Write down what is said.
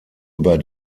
über